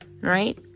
Right